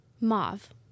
Mauve